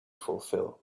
fulfill